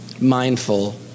mindful